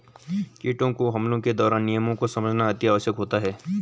कीटों के हमलों के दौरान नियमों को समझना अति आवश्यक होता है